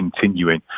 continuing